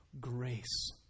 grace